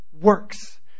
works